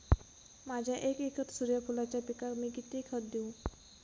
माझ्या एक एकर सूर्यफुलाच्या पिकाक मी किती खत देवू?